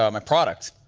um my product,